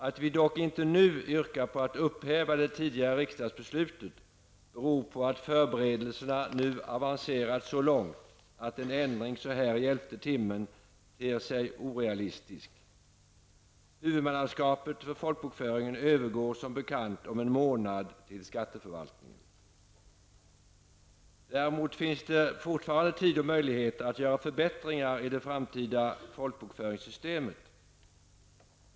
Att vi dock inte nu yrkar på att upphäva det tidigare riksdagsbeslutet beror på att förberedelserna nu avancerat så långt att en ändring så här i elfte timmen ter sig orealistisk. Huvudmannaskapet för folkbokföringen övergår som bekant om en månad till skatteförvaltningen. Däremot finns det fortfarande tid och möjligheter att göra förbättringar i det framtida folkbokföringssystemet.